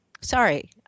Sorry